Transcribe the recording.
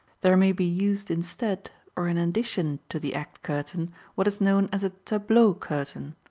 there may be used instead or in addition to the act curtain, what is known as a tableau curtain,